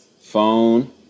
Phone